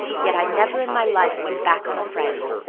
yet i never in my life went back on a friend.